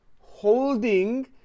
holding